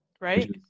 right